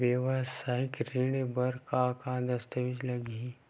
वेवसायिक ऋण बर का का दस्तावेज लगही?